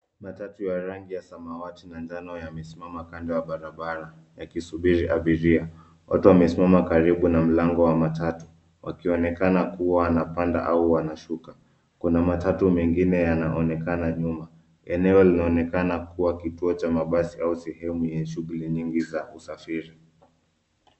Matatu ya rangi ya samawati na njano yamesimama kando ya barabara yakisubiri abiria. Watu wamesimama karibu na mlango wa matatu wakionekana kuwa wanapanda au wanashuka. Kuna matatu mengine yanaonekana nyuma. Eneo linaonekana kuwa kituo cha mabasi au sehemu ya shughuli nyingi za usafiri.